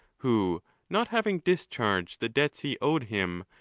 who not having discharged the debts he owed him,